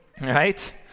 right